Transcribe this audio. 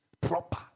proper